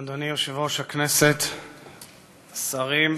אדוני יושב-ראש הכנסת, שרים,